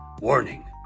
Warning